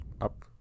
up